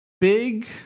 big